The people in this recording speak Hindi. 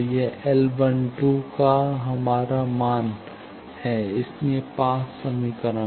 तो यह L12 का हमारा मान है इसलिए 5 समीकरण